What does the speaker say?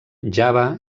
java